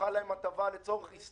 שהוארכה להם ההטבה לצורך הסתגלות